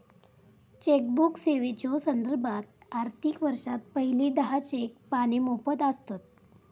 chequebook सेवेच्यो संदर्भात, आर्थिक वर्षात पहिली दहा चेक पाने मोफत आसतत